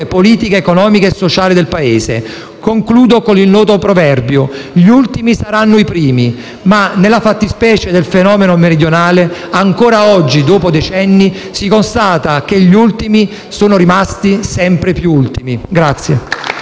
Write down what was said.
politica, economica e sociale del Paese». Concludo con il noto proverbio «gli ultimi saranno i primi» ma, nella fattispecie del fenomeno meridionale, ancora oggi, dopo decenni, si constata che gli ultimi sono rimasti sempre più ultimi.